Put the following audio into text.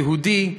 יהודי,